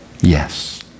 Yes